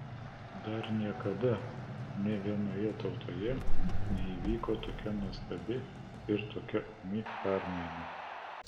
dar niekada nė vienoje tautoje neįvyko tokia nuostabi ir tokia ūmi permaina